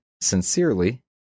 Sincerely